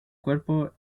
cuerpo